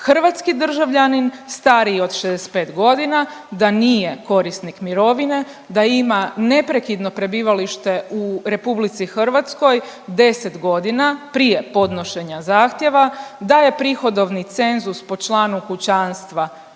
hrvatski državljanin stariji od 65 godina, da nije korisnik mirovine, da ima neprekidno prebivalište u RH 10 godina prije podnošenja zahtjeva, da je prihodovni cenzus po članu kućanstva